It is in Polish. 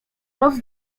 noc